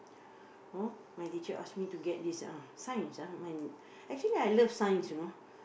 !huh! my teacher ask me to get this Science ah I mean actually I love Science you know